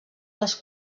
les